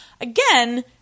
again